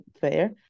fair